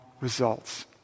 results